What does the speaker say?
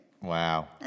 Wow